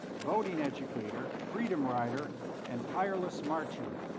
voting educator, freedom rider and tireless marcher,